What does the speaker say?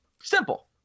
Simple